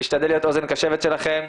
משתדל להיות אוזן קשבת שלכם.